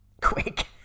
Quick